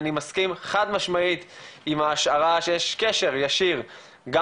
אני מסכים חד משמעית עם ההשערה שיש קשר ישיר גם